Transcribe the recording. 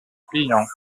clients